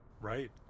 Right